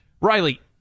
Riley